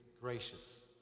gracious